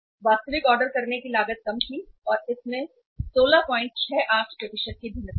वास्तविक ऑर्डर करने की लागत कम थी और इसमें 1668 की भिन्नता है